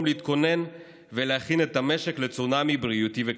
להתכונן ולהכין את המשק לצונאמי בריאותי וכלכלי.